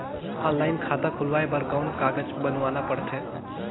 Online खाता खुलवाय बर कौन कागज बनवाना पड़थे?